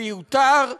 מיותר ומזיק.